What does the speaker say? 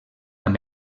amb